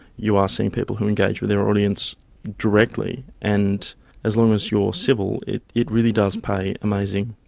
you are seeing people who engage with their audience directly. and as long as you are civil, it it really does pay amazing,